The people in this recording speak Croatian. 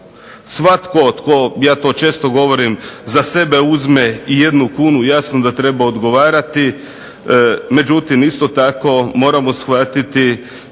Svatko tko, ja to često govorim, za sebe uzme ijednu kunu jasno da treba odgovarati. Međutim, isto tako moramo shvatiti